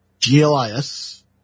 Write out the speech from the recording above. GLIS